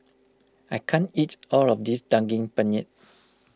I can't eat all of this Daging Penyet